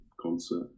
concert